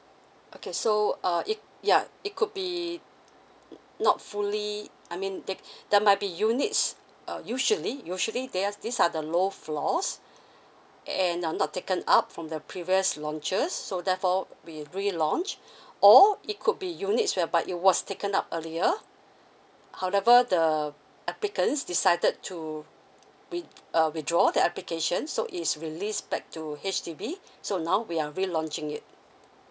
okay so uh it ya it could be not fully I mean that there might be units uh usually usually they're these are the low floors and are not taken up from the previous launches so therefore we relaunch or it could be units whereby it was taken up earlier however the applicants decided to with uh withdraw the application so is release back to H_D_B so now we are relaunching it